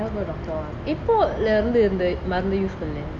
எப்போதுழந்து இந்த மருந்து:epothulanthu intha marunthu use பண்ற:panra